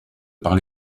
par